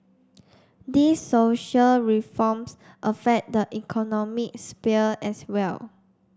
these social reforms affect the economic sphere as well